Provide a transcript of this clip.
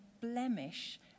blemish